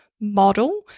model